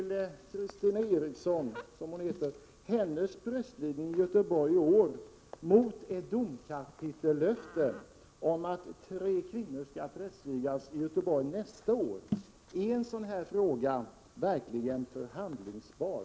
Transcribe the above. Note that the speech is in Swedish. prästvigning av Christina Eriksson, som kvinnan heter, i Göteborg i år mot att få ett domkapitellöfte om att tre kvinnor skall prästvigas i Göteborg nästa år? Är en sådan här fråga verkligen förhandlingsbar?